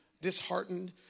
disheartened